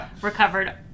recovered